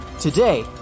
Today